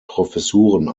professuren